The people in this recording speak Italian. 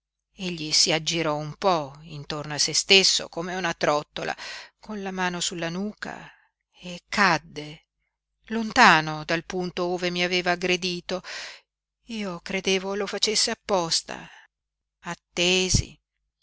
egli si aggirò un po intorno a sé stesso come una trottola con la mano sulla nuca e cadde lontano dal punto ove mi aveva aggredito io credevo lo facesse apposta attesi